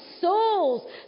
souls